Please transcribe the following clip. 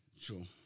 True